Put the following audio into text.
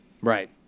Right